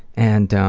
and